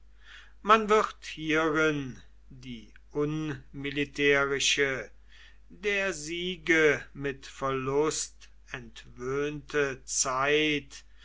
man wird hierin die unmilitärische der siege mit verlust entwöhnte zeit